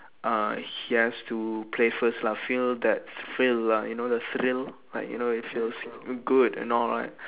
uh he has to play first lah feel that thrill lah you know the thrill like you know it feels good and all right